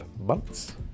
months